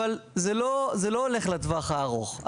אבל זה לא הולך לטווח הארוך.